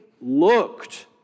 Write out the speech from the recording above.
looked